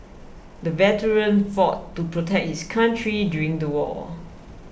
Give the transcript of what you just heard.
the veteran fought to protect his country during the war